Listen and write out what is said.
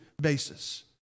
basis